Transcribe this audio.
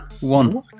One